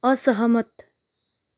असहमत